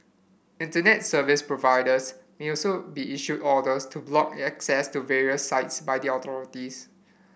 Internet Service Providers may also be issued orders to block access to various sites by the authorities